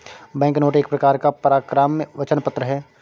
banknote एक प्रकार का परक्राम्य वचन पत्र है